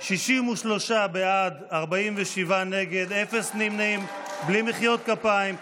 63 בעד, 47 נגד, אפס נמנעים, בלי מחיאות כפיים.